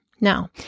Now